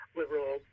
liberal